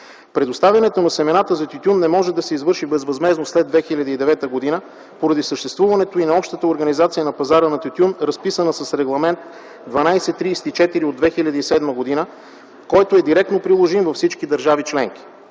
Предоставянето на семената за тютюн не може да се извърши безвъзмездно след 2009 г. поради съществуването и на общата организация на пазара на тютюн, разписан с Регламент 1234/2007 г., директно приложим във всички държави членки.